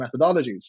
methodologies